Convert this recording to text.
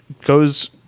goes